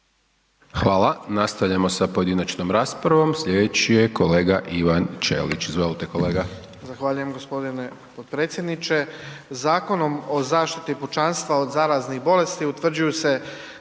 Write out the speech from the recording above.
Hvala. Nastavljamo sa pojedinačnom raspravom. Sljedeći je kolega Ivan Čelić. Izvolite kolega.